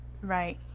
Right